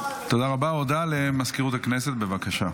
הודעה למזכירות הכנסת, בבקשה.